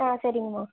ஆ சரிங்கம்மா